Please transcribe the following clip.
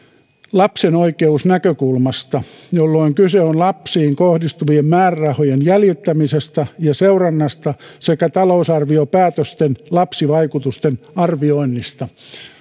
lap senoikeusnäkökulmasta jolloin kyse on lapsiin kohdistuvien määrärahojen jäljittämisestä ja seurannasta sekä talousarviopäätösten lapsivaikutusten arvioinnista